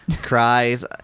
cries